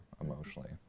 emotionally